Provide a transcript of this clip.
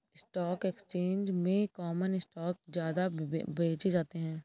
stock exchange में common stock ज्यादा बेचे जाते है